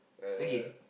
again